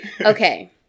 Okay